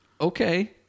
Okay